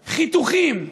חיתוכים,